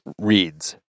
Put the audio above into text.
reads